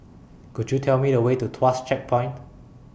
Could YOU Tell Me The Way to Tuas Checkpoint